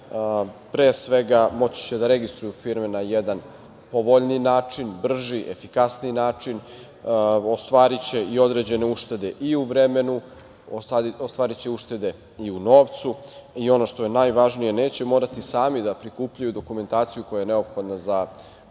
Pre svega, moći će da registruju firme na jedan povoljniji način, brži, efikasniji način, ostvariće i određene uštede i u vremenu, ostvariće uštede i u novcu i, ono što je najvažnije, neće morati sami da prikupljaju dokumentaciju koja je neophodna za ostvarivanje